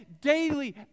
daily